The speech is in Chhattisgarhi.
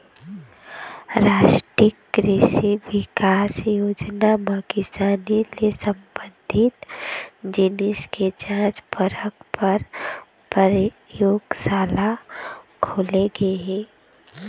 रास्टीय कृसि बिकास योजना म किसानी ले संबंधित जिनिस के जांच परख पर परयोगसाला खोले गे हे